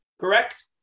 Correct